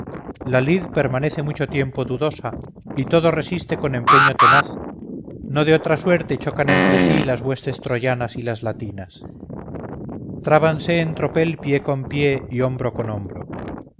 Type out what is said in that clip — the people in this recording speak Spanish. la lid permanece mucho tiempo dudosa y todo resiste con empeño tenaz no de otra suerte chocan entre sí las huestes troyanas y las latinas trábanse en tropel pie con pie y hombro con hombro